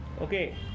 Okay